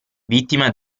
vittima